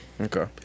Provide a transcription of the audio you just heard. Okay